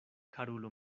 karulo